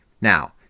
Now